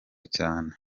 cyane